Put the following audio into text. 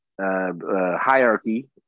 hierarchy